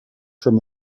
from